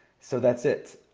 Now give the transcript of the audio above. so that's it!